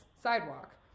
sidewalk